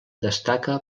destaca